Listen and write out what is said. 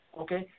okay